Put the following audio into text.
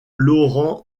laurent